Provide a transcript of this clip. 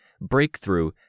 breakthrough